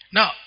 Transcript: Now